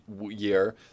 year